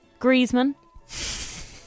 Griezmann